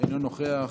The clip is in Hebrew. אינו נוכח,